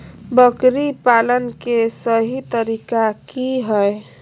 बकरी पालन के सही तरीका की हय?